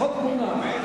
עוברים,